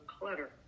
clutter